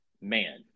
man